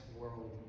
world